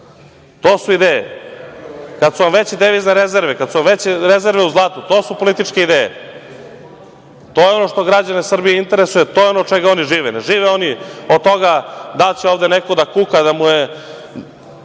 To su ideje. Kada su vam veće devizne rezerve, kada su vam veće rezerve u zlatu, to su političke ideje. To je ono što građane Srbije interesuje, to je ono od čega oni žive. Ne žive oni od toga da li će ovde neko da kuka da mu je